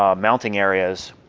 ah mounting areas.